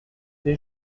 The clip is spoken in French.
des